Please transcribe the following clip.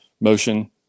motion